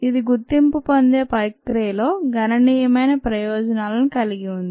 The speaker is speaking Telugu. ఇది గుర్తింపు పొందే ప్రక్రియలో గణనీయమైన ప్రయోజనాలను కలిగి ఉంది